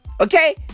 Okay